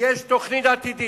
יש תוכנית עתידית.